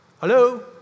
Hello